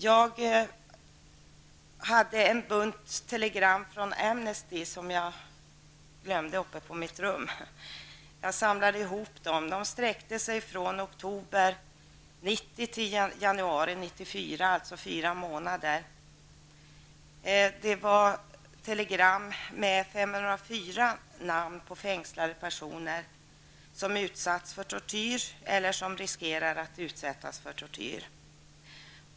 Jag har en bunt telegram från Amnesty som jag glömt uppe på mitt rum. Jag har samlat dem. De sträcker sig från oktober 1990 till januari 1991, dvs. fyra månader. I dessa telegram räknas upp 504 namn på fängslade personer som utsatts för tortyr eller som riskerar att utsättas för tortyr.